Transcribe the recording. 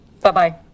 Bye-bye